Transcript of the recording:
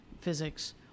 physics